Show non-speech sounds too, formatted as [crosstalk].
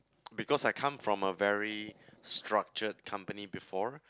[noise] because I come from a very structured company before